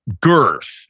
girth